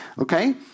Okay